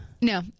No